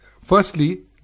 firstly